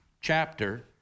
chapter